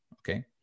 okay